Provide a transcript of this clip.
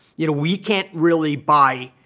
you know, we can't really buy